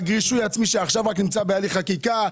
רישוי עצמי שרק עכשיו נמצא בהליך חקיקה,